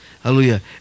hallelujah